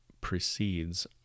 precedes